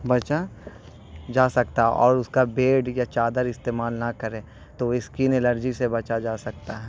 بچا جا سکتا اور اس کا بیڈ یا چادر استعمال نہ کرے تو وہ اسکن الرجی سے بچا جا سکتا ہے